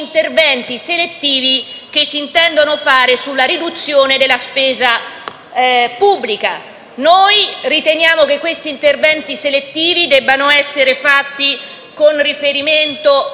interventi selettivi che si intendono fare sulla riduzione della spesa pubblica. Riteniamo che questi interventi selettivi debbano essere fatti con riferimento